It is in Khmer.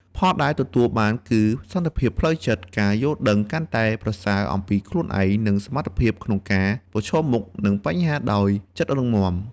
ផលដែលទទួលបានគឺ សន្តិភាពផ្លូវចិត្ត ការយល់ដឹងកាន់តែប្រសើរអំពីខ្លួនឯង និងសមត្ថភាពក្នុងការប្រឈមមុខនឹងបញ្ហាដោយចិត្តរឹងមាំ។